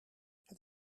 het